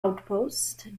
outpost